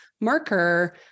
marker